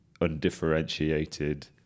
undifferentiated